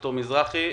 ד"ר מזרחי,